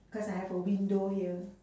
cause I have a window here